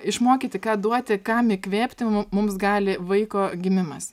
išmokyti ką duoti kam įkvėpti mu mums gali vaiko gimimas